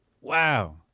Wow